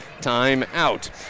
timeout